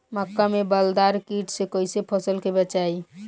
मक्का में बालदार कीट से कईसे फसल के बचाई?